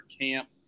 Camp